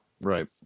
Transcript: right